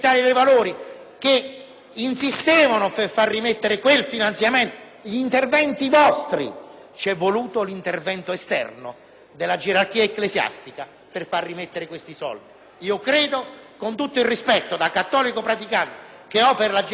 Ci è voluto l'intervento esterno della gerarchia ecclesiastica per far rimettere questi soldi. Con tutto il rispetto da cattolico praticante che ho per la gerarchia ecclesiastica, credo che il Parlamento non doveva subire questa onta. E credo che